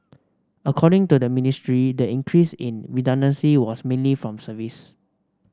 according to the Ministry the increase in redundancy was mainly from service